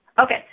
Okay